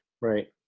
Right